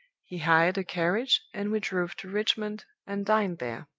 he hired a carriage, and we drove to richmond, and dined there.